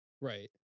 Right